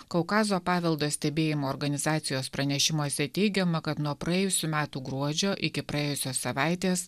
kaukazo paveldo stebėjimo organizacijos pranešimuose teigiama kad nuo praėjusių metų gruodžio iki praėjusios savaitės